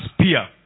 spear